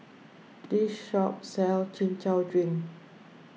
This shop sells Chin Chow Drink